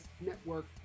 Network